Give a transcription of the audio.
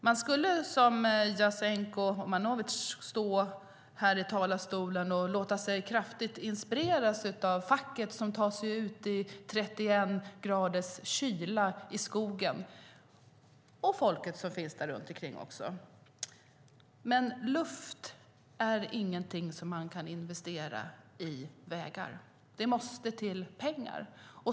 Man skulle, som Jasenko Omanovic, kunna stå här i talarstolen och berätta om hur man kraftigt inspireras av facket som tar sig ut i 31 graders kyla i skogen och av folket som finns där runt omkring också. Men man kan inte investera luft i vägar, utan det måste till pengar.